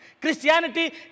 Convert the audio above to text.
Christianity